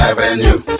Avenue